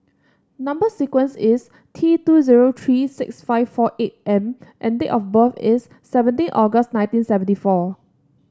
number sequence is T two zero three six five four eight M and date of birth is seventeen August nineteen seventy four